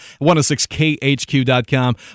106khq.com